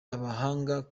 amahanga